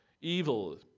Evil